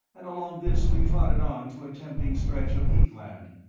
and along this we trotted on to a tempting stretch of heath-land.